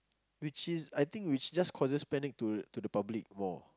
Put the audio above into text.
which is I think which just causes panic to to the public more